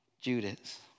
Judas